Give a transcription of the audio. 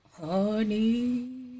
Honey